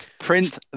print